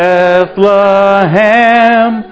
Bethlehem